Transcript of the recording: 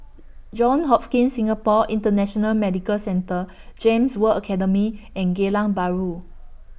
Johns Hopkins Singapore International Medical Centre Gems World Academy and Geylang Bahru